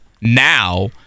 now